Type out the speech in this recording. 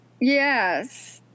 Yes